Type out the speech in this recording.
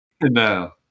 No